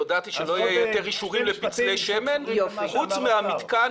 אני הודעתי שלא יהיו יותר אישורים לפצלי שמן חוץ מהמתקן